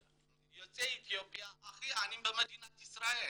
יוצאי אתיופיה הם הכי עניים במדינת ישראל.